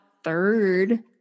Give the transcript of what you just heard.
Third